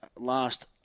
last